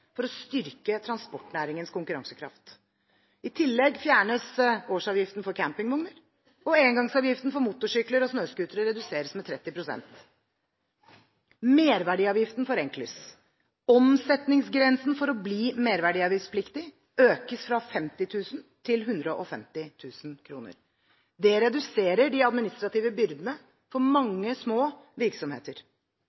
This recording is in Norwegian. for å styrke transportnæringens konkurransekraft. I tillegg fjernes årsavgiften for campingvogner, og engangsavgiften for motorsykler og snøscootere reduseres med 30 pst. Merverdiavgiften forenkles. Omsetningsgrensen for å bli merverdiavgiftspliktig økes fra 50 000 kr til 150 000 kr. Det reduserer de administrative byrdene for